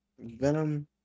Venom